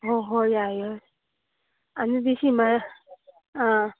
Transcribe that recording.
ꯍꯣ ꯍꯣ ꯌꯥꯏꯌꯦ ꯑꯗꯨꯗꯤ ꯁꯤ ꯃꯔꯛ ꯑꯥ